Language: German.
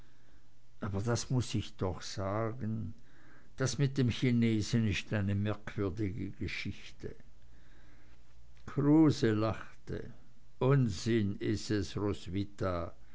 aber das muß ich doch sagen das mit dem chinesen ist eine merkwürdige geschichte kruse lachte unsinn is es roswitha